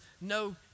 no